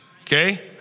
okay